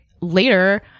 later